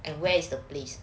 and where is the place